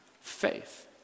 faith